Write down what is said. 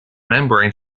membrane